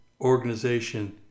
organization